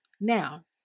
Now